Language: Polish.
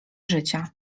życia